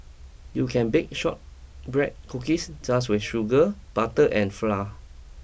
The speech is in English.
you can bake shortbread cookies just with sugar butter and flour